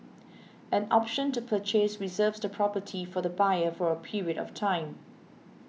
an option to purchase reserves the property for the buyer for a period of time